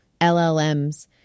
LLMs